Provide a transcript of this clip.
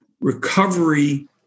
recovery